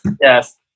yes